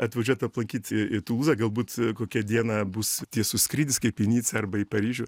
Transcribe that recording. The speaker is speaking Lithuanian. atvažiuot aplankyt į į tulūzą galbūt kokią dieną bus tiesus skrydis kaip į nicą arba į paryžių